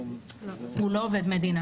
הוא לא עובד מדינה.